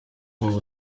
habaho